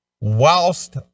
whilst